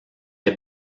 est